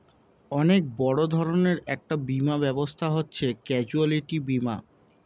অনেক বড় ধরনের একটা বীমা ব্যবস্থা হচ্ছে ক্যাজুয়ালটি বীমা